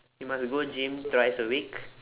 you must go gym twice a week